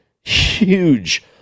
huge